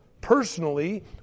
personally